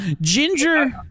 ginger